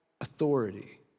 authority